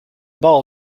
ball